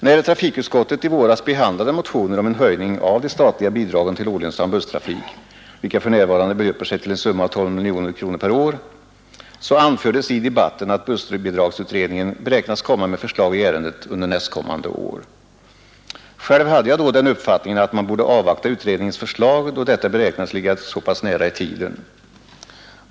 När trafikutskottet i våras behandlade motioner om en höjning av de statliga bidragen till olönsam busstrafik, vilka för närvarande belöper sig till en summa av 12 miljoner kronor per år, anfördes i debatten att bussbidragsutredningen beräknar komma med förslag i ärendet under nästkommande år. Själv hade jag då den uppfattningen att man borde avvakta utredningens förslag då detta beräknades ligga så pass nära i tiden.